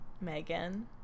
Megan